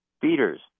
feeders